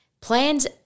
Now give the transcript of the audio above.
Plans